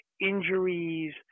injuries